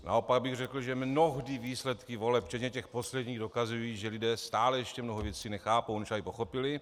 Naopak bych řekl, že mnohdy výsledky voleb, včetně těch posledních, dokazují, že lidé stále ještě mnoho věcí nechápou, než aby pochopili.